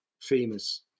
famous